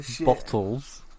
bottles